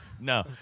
No